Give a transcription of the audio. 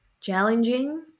challenging